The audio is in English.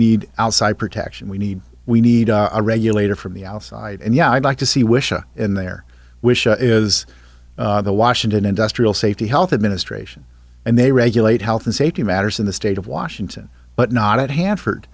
need outside protection we need we need a regulator from the outside and yeah i'd like to see wisha in their wish to is the washington industrial safety health administration and they regulate health and safety matters in the state of washington but not at hanford